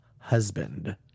husband